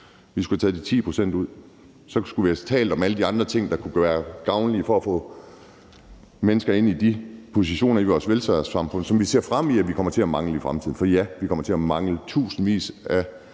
Vi skulle have taget de 10 pct. ud. Så skulle vi have talt om alle de andre ting, der kunne være gavnligt for at få mennesker ind i de positioner i vores velfærdssamfund, som vi ser vi kommer til at mangle i fremtiden. For ja, vi kommer til at mangle tusindvis af